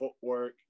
footwork